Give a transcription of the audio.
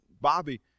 Bobby